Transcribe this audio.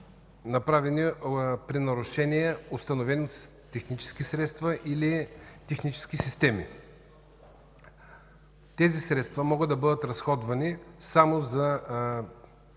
направени при нарушения, установени с технически средства или технически системи. Тези средства могат да бъдат разходвани само за